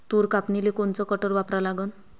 तूर कापनीले कोनचं कटर वापरा लागन?